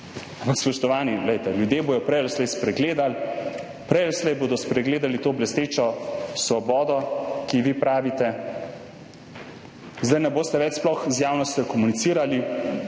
spoštovani, glejte, ljudje bodo prej ali slej spregledali. Prej ali slej bodo spregledali to blestečo svobodo, kot ji vi pravite. Zdaj sploh ne boste več z javnostjo komunicirali,